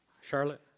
Charlotte